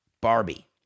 Barbie